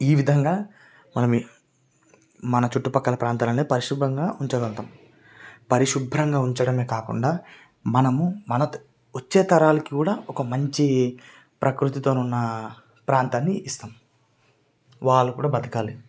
ఈ విధంగా మనమే మన చుట్టుపక్కల ప్రాంతాలను పరిశుభ్రంగా ఉంచగలుగుతాము పరిశుభ్రంగా ఉంచడమే కాకుండా మనం మన వచ్చే తరాలకి కూడా ఒక మంచి ప్రకృతితో ఉన్న ప్రాంతాన్ని ఇస్తాము వాళ్ళు కూడా బ్రతాకలి